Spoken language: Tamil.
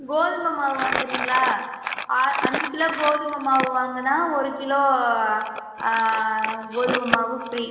கோதுமமாவு வாங்குறீங்களா அ ஐந்து கிலோ கோதுமமாவு வாங்குனா ஒரு கிலோ கோதுமமாவு ஃப்ரீ